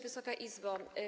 Wysoka Izbo!